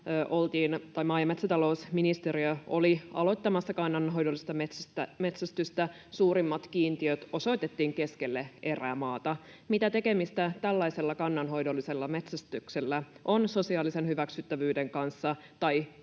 maa- ja metsätalousministeriö oli aloittamassa kannanhoidollista metsästystä, juuri suurimmat kiintiöt osoitettiin keskelle erämaata. Mitä tekemistä tällaisella kannanhoidollisella metsästyksellä on sosiaalisen hyväksyttävyyden kanssa